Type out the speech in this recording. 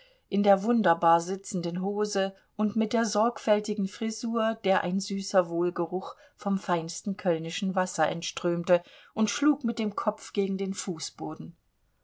in der wunderbar sitzenden hose und mit der sorgfältigen frisur der ein süßer wohlgeruch vom feinsten kölnischen wasser entströmte und schlug mit dem kopf gegen den fußboden